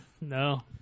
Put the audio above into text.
no